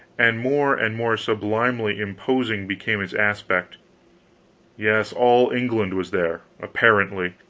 and more and more sublimely imposing became its aspect yes, all england was there, apparently.